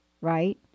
right